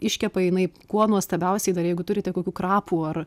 iškepa jinai kuo nuostabiausiai dar jeigu turite kokių krapų ar